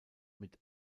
mit